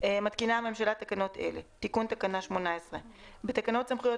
מתקינה הממשלה תקנות אלה: תיקון תקנה 18 1. בתקנות סמכויות